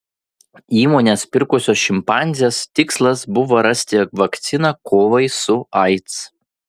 įmonės pirkusios šimpanzes tikslas buvo rasti vakciną kovai su aids